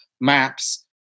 MAPS